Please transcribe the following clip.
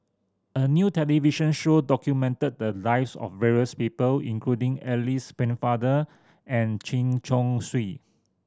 a new television show documented the lives of various people including Alice Pennefather and Chen Chong Swee